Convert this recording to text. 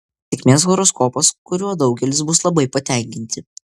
sėkmės horoskopas kuriuo daugelis bus labai patenkinti